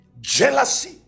jealousy